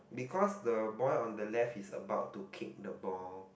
because the boy on the left is about to kick the ball